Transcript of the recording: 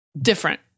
different